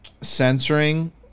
censoring